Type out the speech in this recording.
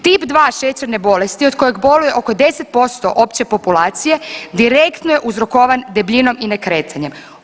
Tip II šećerne bolesti od kojeg boluje oko 10% opće populacije direktno je uzrokovan debljinom i nekretanjem.